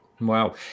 Wow